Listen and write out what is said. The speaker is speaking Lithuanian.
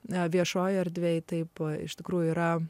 na viešojoje erdvėje taip pat iš tikrųjų yra